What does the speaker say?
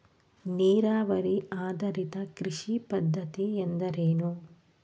ನೀರಾವರಿ ಆಧಾರಿತ ಕೃಷಿ ಪದ್ಧತಿ ಎಂದರೇನು?